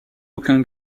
aucun